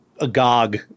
agog